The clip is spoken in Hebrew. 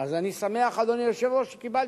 אז אני שמח, אדוני היושב-ראש, שקיבלתי,